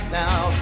now